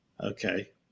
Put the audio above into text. Okay